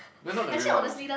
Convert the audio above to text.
that's not the real one